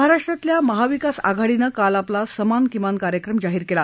महाराष्ट्रात महाविकास आघाडीनं काल आपला समान किमान कार्यक्रम जाहीर केला